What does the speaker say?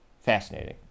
Fascinating